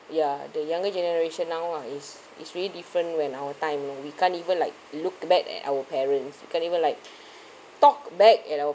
ya the younger generation now ah is is really different when our time you know we can't even like looked bad at our parents we can't even like talk back you know